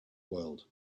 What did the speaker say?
world